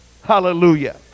hallelujah